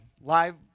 live